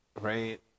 right